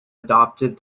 adopted